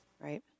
Right